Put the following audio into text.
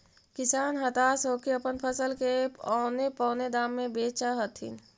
किसान हताश होके अपन फसल के औने पोने दाम में बेचऽ हथिन